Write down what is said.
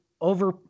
over